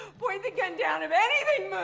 point the gun down, if anything